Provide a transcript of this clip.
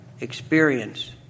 Experience